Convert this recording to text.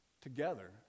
together